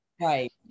Right